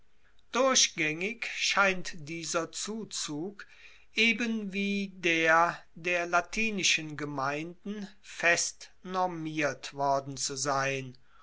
durchgaengig scheint dieser zuzug eben wie der der latinischen gemeinden fest normiert worden zu sein